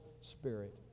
spirit